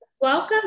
Welcome